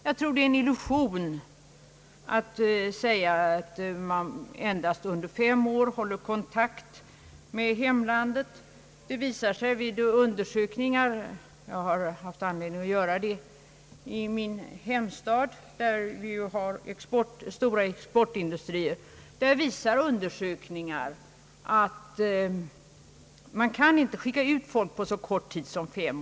Jag tror att det är uttryck för en felbedömning att säga, att utlandssvenskarna endast under fem år håller kontakt med hemlandet. Jag har haft anledning att uppmärksamma denna fråga i min hemstad, där vi ju har stora exportindustrier, och undersökningar som gjorts visar att man inte kan skicka ut folk på så kort tid som fem år.